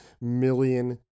million